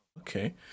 okay